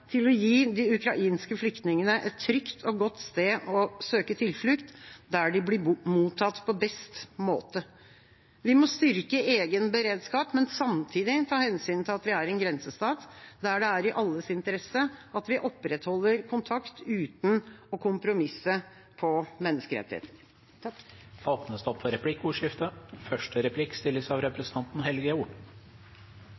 til å gi de ukrainske flyktningene et trygt og godt sted å søke tilflukt, der de blir mottatt på beste måte. Vi må styrke egen beredskap, men samtidig ta hensyn til at vi er en grensestat, der det er i alles interesse at vi opprettholder kontakt, uten å kompromisse på menneskerettigheter. Det blir replikkordskifte. Det